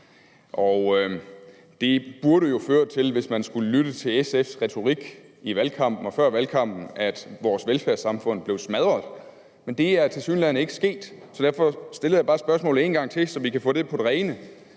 det burde jo føre til – hvis man lyttede til SF's retorik i valgkampen og før valgkampen – at vores velfærdssamfund blev smadret. Men det er tilsyneladende ikke sket, så derfor stiller jeg bare spørgsmålet en gang til, så vi kan få det på det rene: